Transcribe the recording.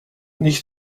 nicht